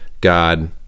God